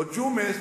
או ג'ומס,